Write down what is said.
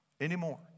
anymore